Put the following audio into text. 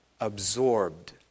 absorbed